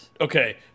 Okay